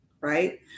right